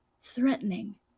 threatening